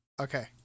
Okay